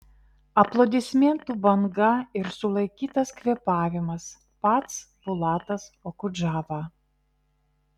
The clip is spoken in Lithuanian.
aplodismentų banga ir sulaikytas kvėpavimas pats bulatas okudžava